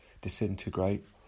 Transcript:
disintegrate